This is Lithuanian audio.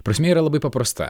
prasmė yra labai paprasta